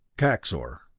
kaxor.